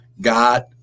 god